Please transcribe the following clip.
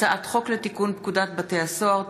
הצעת חוק לתיקון פקודת בתי הסוהר (מס'